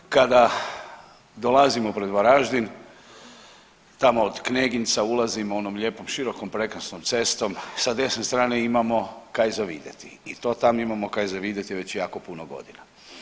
Kada dolazimo pred Varaždin tamo od Kneginca ulazimo onom lijepom širokom prekrasnom cestom, sa desne strane imamo kaj za videti i to tam imamo kaj za videti već jako puno godina.